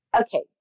okay